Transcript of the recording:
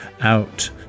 out